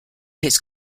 his